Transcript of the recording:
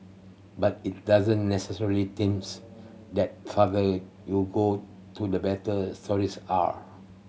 but it doesn't necessarily seems that farther you go to the better stories are